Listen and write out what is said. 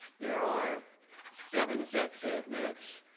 there are seven sets of minutes